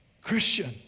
Christian